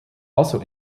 also